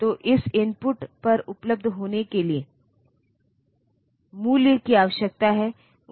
तो यह याद रखना महत्वपूर्ण है कि एक मशीन लैंग्वेज और जुड़ा हुआ असेंबली लैंग्वेजपूरी तरह से मशीन पर निर्भर है